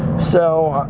so,